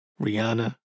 Rihanna